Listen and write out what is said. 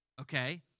Okay